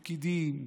פקידים,